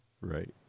Right